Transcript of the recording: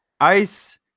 ice